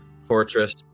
fortress